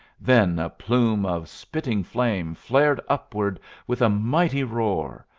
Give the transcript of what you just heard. then a plume of spitting flame flared upward with a mighty roar,